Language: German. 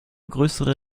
größere